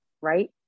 Right